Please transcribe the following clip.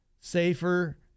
safer